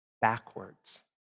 backwards